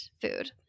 food